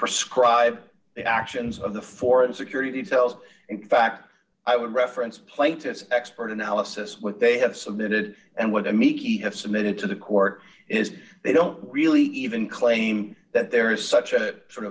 prescribe the actions of the foreign security details in fact i would reference plaintiff's expert analysis what they have submitted and what i meet i've submitted to the court is they don't really even claim that there is such that sort